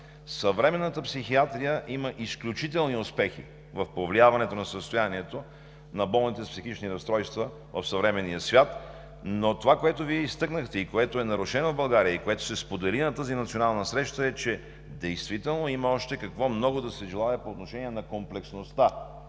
Съвременната психиатрия има изключителни успехи в повлияването на състоянието на болните с психични разстройства в съвременния свят. Това, което Вие изтъкнахте, което е нарушено в България и което се сподели на тази национална среща, е, че действително има още много да се желае по отношение на комплексността